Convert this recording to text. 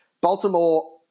Baltimore